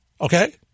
Okay